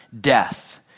Death